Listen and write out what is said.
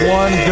one